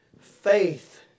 Faith